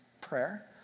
prayer